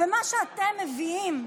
ומה שאתם מביאים,